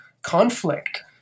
conflict